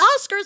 Oscars